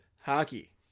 hockey